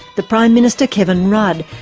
the prime minister, kevin rudd,